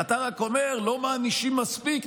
אתה רק אומר: לא מענישים מספיק,